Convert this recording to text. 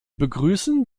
begrüßen